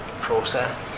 process